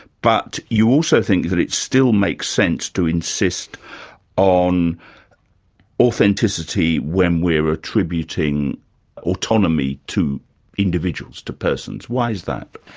but you also think that it still makes sense to insist on authenticity when we're attributing autonomy to individuals, to persons. why is that?